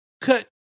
cut